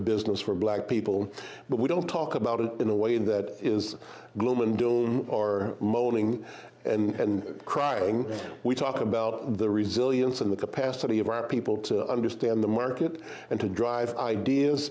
business for black people but we don't talk about it in a way that is gloom and doom or moaning and crying we talk about the resilience and the capacity of our people to understand the market and to drive ideas